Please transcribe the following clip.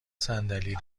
صندلی